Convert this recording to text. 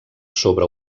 sobre